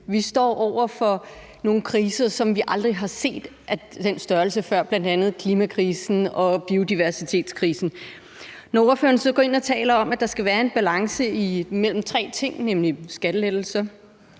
Vi står over for nogle kriser af en størrelse, som vi aldrig har set før, bl.a. klimakrisen og biodiversitetskrisen. Når ordføreren så går ind og taler om, at der skal være en balance mellem tre ting, nemlig skattelettelser,